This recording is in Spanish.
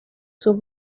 sus